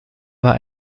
war